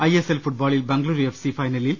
I S L ഫുട്ബോളിൽ Bengaluru F C ഫൈനലിൽ